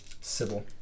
Sybil